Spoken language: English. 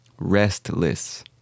Restless